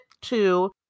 two